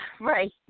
right